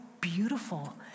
beautiful